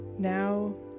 Now